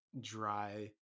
dry